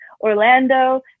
Orlando